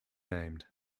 named